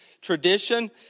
tradition